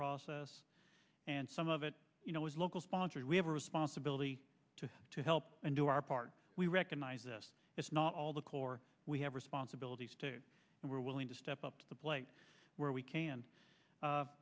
process and some of it you know is local sponsored we have a responsibility to to help and do our part we recognize this is not all the corps we have responsibilities to and we're willing to step up to the plate where we can